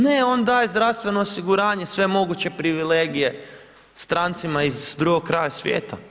Ne, on daje zdravstveno osiguranje, sve moguće privilegije strancima iz drugog kraja svijeta.